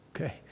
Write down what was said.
okay